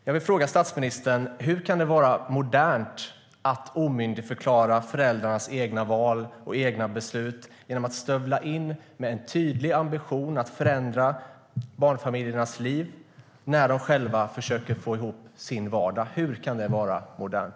Jag vill fråga statsministern: Hur kan det vara modernt att omyndigförklara föräldrarnas egna val och egna beslut genom att stövla in med en tydlig ambition att förändra barnfamiljernas liv när de själva försöker få ihop sin vardag? Hur kan det vara modernt?